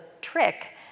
trick